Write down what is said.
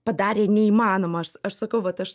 padarė neįmanomą aš sakau vat aš